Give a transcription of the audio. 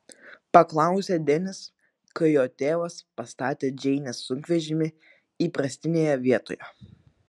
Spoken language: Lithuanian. paklausė denis kai jo tėvas pastatė džeinės sunkvežimį įprastinėje vietoje